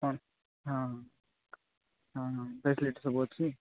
କ'ଣ ହଁ ହଁ ହଁ ଫାସିଲିଟି ସବୁ ଅଛି